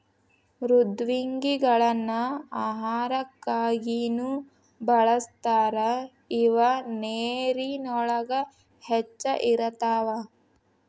ಮೃದ್ವಂಗಿಗಳನ್ನ ಆಹಾರಕ್ಕಾಗಿನು ಬಳಸ್ತಾರ ಇವ ನೇರಿನೊಳಗ ಹೆಚ್ಚ ಇರತಾವ